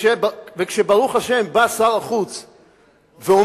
וכשברוך השם בא שר החוץ ואומר,